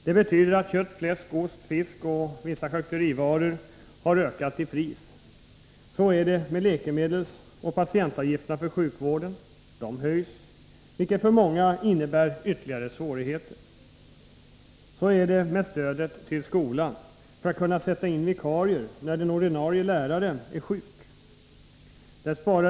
Det betyder att kött, fläsk, ost, fisk och vissa andra charkuterivaror har ökat i pris. Så är det vidare med läkemedelsoch patientavgifterna för sjukvården. De höjs, vilket för många innebär ytterligare svårigheter. Så är det med stödet till skolan, där man inte vill sätta in vikarie när den ordinarie läraren är sjuk.